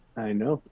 i know,